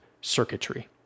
circuitry